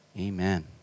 Amen